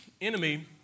enemy